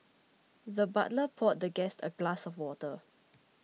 the butler poured the guest a glass of water